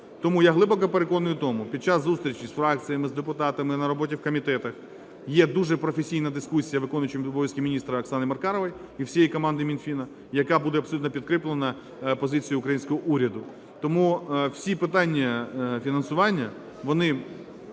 Тому я глибоко переконаний в тому, під час зустрічі з фракціями, з депутатами на роботі в комітетах є дуже професійна дискусія виконуючого обов'язки міністра Оксани Маркарової і всієї команди Мінфіну, яка буде абсолютно підкріплена позицією українського уряду. Тому всі питання фінансування, вони